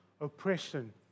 oppression